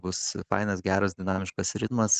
bus fainas geras dinamiškas ritmas